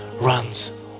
runs